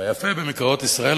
והיפה במקראות ישראל,